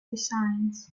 designs